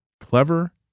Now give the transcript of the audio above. clever